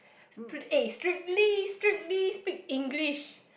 sp~ eh strictly strictly speak English